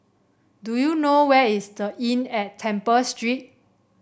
do you know where is The Inn at Temple Street